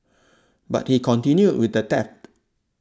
but he continued with the theft